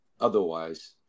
otherwise